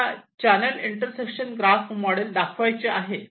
मला channel intersection graph model दाखवायचे आहे